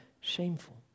shameful